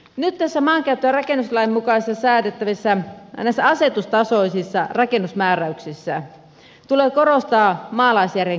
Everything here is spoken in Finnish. nyt maankäyttö ja rakennuslain mukaan säädettävissä asetustasoisissa rakennusmääräyksissä tulee korostaa maalaisjärjen käyttämistä